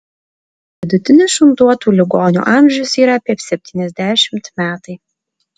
vidutinis šuntuotų ligonių amžius yra apie septyniasdešimt metai